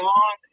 on